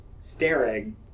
staring